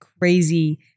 crazy